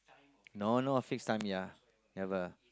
no no fix time ya never